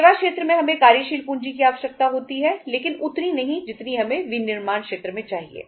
सेवा क्षेत्र में हमें कार्यशील पूंजी की आवश्यकता होती है लेकिन उतनी नहीं जितनी हमें विनिर्माण क्षेत्र में चाहिए